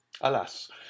Alas